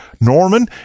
norman